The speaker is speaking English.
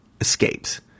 escapes